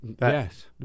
Yes